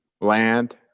land